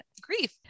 grief